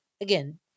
again